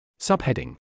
Subheading